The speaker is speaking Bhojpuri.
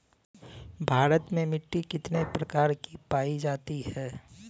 भारत में मिट्टी कितने प्रकार की पाई जाती हैं?